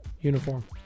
uniform